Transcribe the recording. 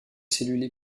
cellules